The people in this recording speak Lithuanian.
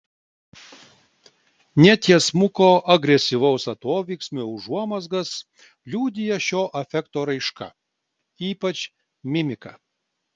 netiesmuko agresyvaus atoveiksmio užuomazgas liudija šio afekto raiška ypač mimika